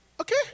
Okay